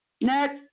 Next